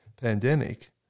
pandemic